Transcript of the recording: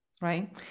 right